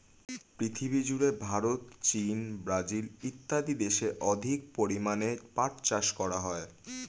পৃথিবীজুড়ে ভারত, চীন, ব্রাজিল ইত্যাদি দেশে অধিক পরিমাণে পাট চাষ করা হয়